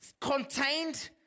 contained